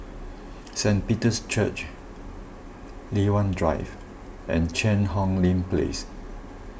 Saint Peter's Church Li Hwan Drive and Cheang Hong Lim Place